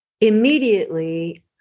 immediately